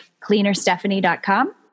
CleanerStephanie.com